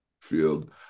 field